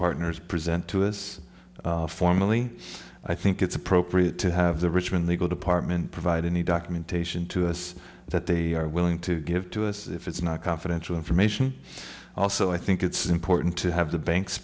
partners present to us formally i think it's appropriate to have the richmond legal department provide any documentation to us that they are willing to give to us if it's not confidential information also i think it's important to have the banks